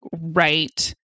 right